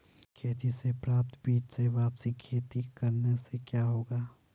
खेती से प्राप्त बीज से वापिस खेती करने से क्या होगा?